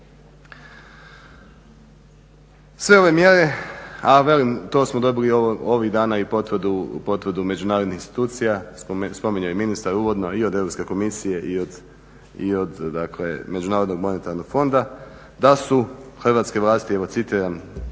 Sve ove mjere, a velim to smo dobili ovih dana i potvrdu međunarodnih institucija, spominjao je ministar uvodno i od Europske komisije i od MMF-a da su hrvatske vlasti, evo citiram